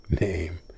name